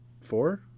four